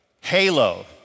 Halo